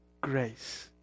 grace